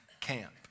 camp